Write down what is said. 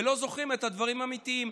ולא זוכרים את הדברים האמיתיים.